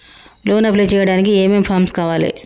Loan apply చేయడానికి ఏం ఏం ఫామ్స్ కావాలే?